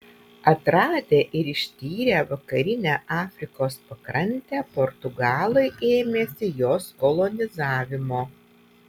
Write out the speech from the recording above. atradę ir ištyrę vakarinę afrikos pakrantę portugalai ėmėsi jos kolonizavimo